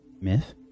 Myth